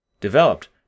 Developed